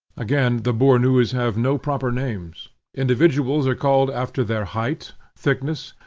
again, the bornoos have no proper names individuals are called after their height, thickness,